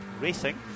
Racing